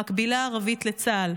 המקבילה הערבית לצה"ל,